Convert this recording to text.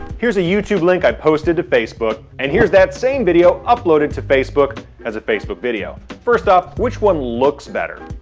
here's a youtube link i posted to facebook. and here's that same video uploaded to facebook as a facebook video. first off, which one looks better?